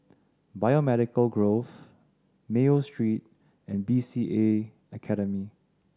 Biomedical Grove Mayo Street and B C A Academy